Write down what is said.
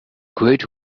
great